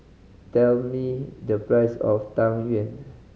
tell me the price of Tang Yuen